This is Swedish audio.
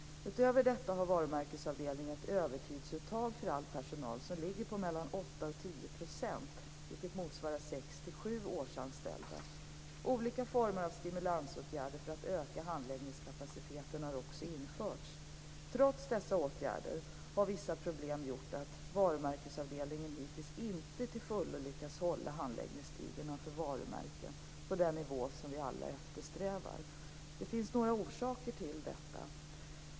Utöver detta har varumärkesavdelningen ett övertidsuttag för all personal som ligger på 8-10 % vilket motsvarar 6-7 årsanställda. Olika former av stimulansåtgärder för att öka handläggningskapaciteten har också införts. Trots dessa åtgärder har vissa problem gjort att varumärkesavdelningen hittills inte till fullo lyckats hålla handläggningstiderna för varumärken på den nivå som vi alla eftersträvar. Det finns några orsaker till detta.